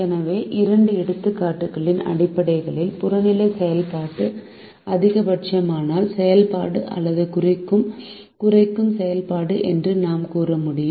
எனவே இரண்டு எடுத்துக்காட்டுகளின் அடிப்படையில் புறநிலை செயல்பாடு அதிகபட்சமாக்கல் செயல்பாடு அல்லது குறைக்கும் செயல்பாடு என்று நாம் கூற முடியும்